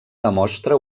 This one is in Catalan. demostra